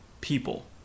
people